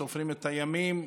סופרים את הימים,